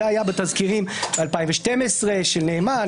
זה היה בתזכירים 2012 של נאמן,